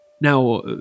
Now